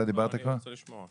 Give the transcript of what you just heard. רוצה לשמוע.